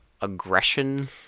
aggression